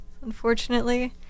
unfortunately